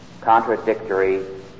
contradictory